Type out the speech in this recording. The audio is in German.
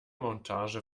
montage